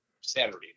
Saturday